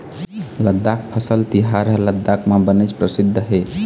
लद्दाख फसल तिहार ह लद्दाख म बनेच परसिद्ध हे